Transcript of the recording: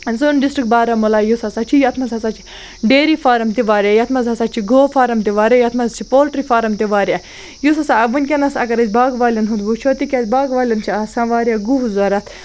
سون ڈِسٹرٛک بارہموٗلہ یُس ہَسا چھِ یَتھ منٛز ہَسا چھِ ڈیری فارَم تہِ واریاہ یَتھ منٛز ہَسا چھِ گٲو فارَم تہِ واریاہ یَتھ منٛز چھِ پولٹِرٛی فارَم تہِ واریاہ یُس ہَسا وٕنۍکٮ۪نَس اگر أسۍ باغ والٮ۪ن ہُنٛد وٕچھو تِکیٛازِ باغ والٮ۪ن چھِ آسان واریاہ گُہہ ضوٚرَتھ